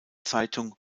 zeitung